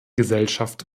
gesellschaft